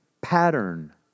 pattern